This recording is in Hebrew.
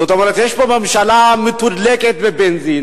זאת אומרת, יש פה ממשלה מתודלקת בבנזין,